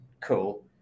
cool